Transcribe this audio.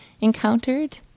encountered